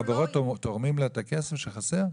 החברות תורמות לה את הכסף שחסר?